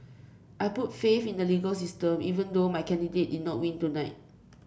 I put faith in the legal system even though my candidate did not win tonight